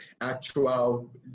actual